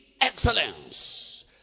excellence